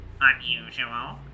unusual